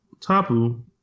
Tapu